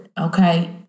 Okay